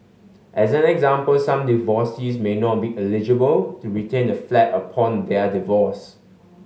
as an example some divorcees may not be eligible to retain the flat upon their divorce